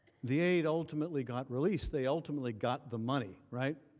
the aid ultimately got released. they ultimately got the money, right?